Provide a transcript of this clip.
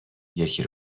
یکی